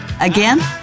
Again